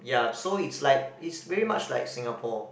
ya so it's like it's very much like Singapore